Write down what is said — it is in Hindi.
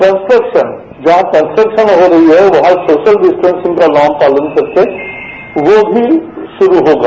कस्ट्रक्शन जहां कस्ट्रक्शन हो रही है वहां सोशल डिस्टेंसिंग का नॉम पालन करके वो भी शुरू होगा